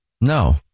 No